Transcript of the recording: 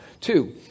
Two